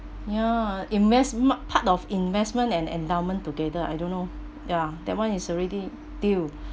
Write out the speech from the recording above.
ya invest ma~ part of investment and endowment together I don't know ya that one is already deal